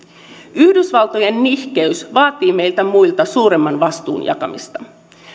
yhdysvaltojen nihkeys vaatii meiltä muilta suuremman vastuun jakamista